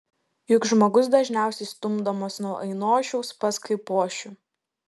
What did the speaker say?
juk žmogus dažniausiai stumdomas nuo ainošiaus pas kaipošių